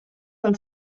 del